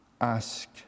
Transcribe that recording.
ask